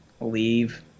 leave